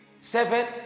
seven